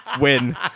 Win